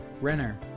Renner